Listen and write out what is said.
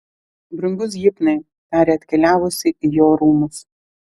brangus hipnai tarė atkeliavusi į jo rūmus